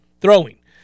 throwing